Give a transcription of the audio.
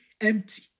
empty